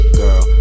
girl